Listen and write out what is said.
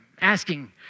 asking